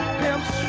pimps